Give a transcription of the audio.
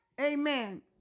amen